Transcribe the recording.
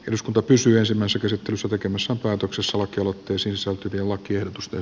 eduskunta pysyä samassa käsittelyssä tekemässä päätöksessä vakava kysymys on tukeva kirjoitusten